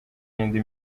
n’indi